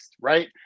right